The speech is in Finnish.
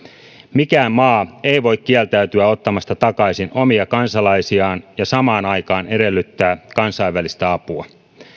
mikään maa ei voi kieltäytyä ottamasta takaisin omia kansalaisiaan ja samaan aikaan edellyttää kansainvälistä apua